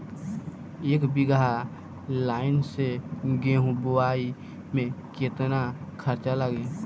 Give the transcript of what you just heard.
एक बीगहा लाईन से गेहूं बोआई में केतना खर्चा लागी?